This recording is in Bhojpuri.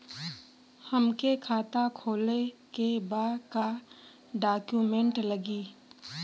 हमके खाता खोले के बा का डॉक्यूमेंट लगी?